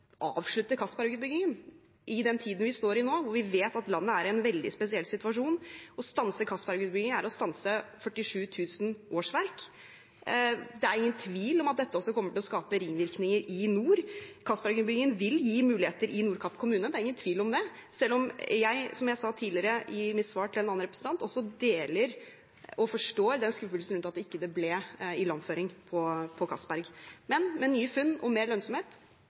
avslutte Castberg-utbyggingen i den tiden vi står i nå, hvor vi vet at landet er i en veldig spesiell situasjon. Å stanse Castberg-utbyggingen er å stanse 47 000 årsverk. Det er ingen tvil om at dette også kommer til å skape ringvirkninger i nord. Castberg-utbyggingen vil gi muligheter i Nordkapp kommune, det er ingen tvil om det, selv om jeg – som jeg sa tidligere i mitt svar til en annen representant – deler og forstår skuffelsen rundt at det ikke ble ilandføring på Castberg. Men med nye funn og mer lønnsomhet